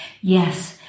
Yes